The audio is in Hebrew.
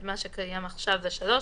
זה הכול.